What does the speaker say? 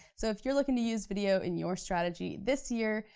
so if you're looking to use video in your strategy this year,